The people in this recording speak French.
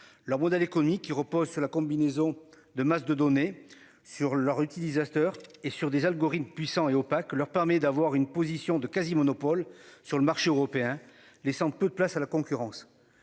leur modèle économique qui repose sur la combinaison de masse de données sur leur utilisateur et sur des algorithmes puissants et opaque leur permet d'avoir une position de quasi-monopole sur le marché européen, laissant peu de place à la concurrence.